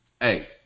Hey